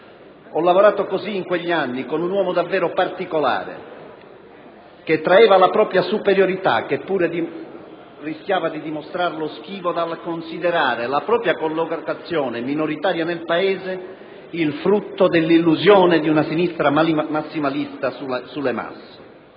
Ho lavorato così in quegli anni con un uomo davvero particolare, che traeva la propria superiorità, che pure rischiava di dimostrarlo schivo, dal considerare la propria collocazione minoritaria nel Paese il frutto dell'illusione di una sinistra massimalista sulle masse.